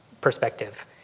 perspective